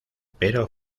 pero